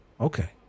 Okay